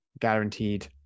guaranteed